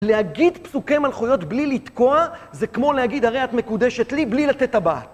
להגיד פסוקי מלכויות בלי לתקוע זה כמו להגיד "הרי את מקודשת לי" בלי לתת טבעת.